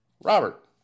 Robert